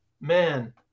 man